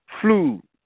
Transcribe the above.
flew